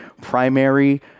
primary